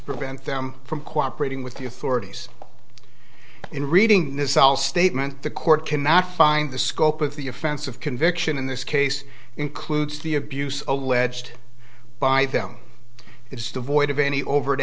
prevent them from cooperating with the authorities in reading this all statement the court cannot find the scope of the offense of conviction in this case includes the abuse alleged by them it's devoid of any over